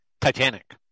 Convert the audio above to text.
Titanic